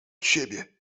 siebie